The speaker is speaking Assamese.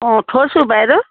অঁ থৈছো বাইদউ